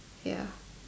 ya